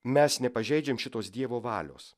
mes nepažeidžiam šitos dievo valios